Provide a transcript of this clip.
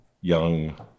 young